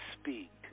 speak